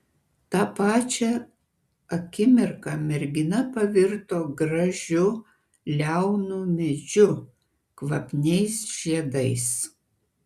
tą pačią akimirka mergina pavirto gražiu liaunu medžiu kvapniais žiedais